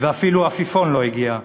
ואפילו עפיפון לא הגיע.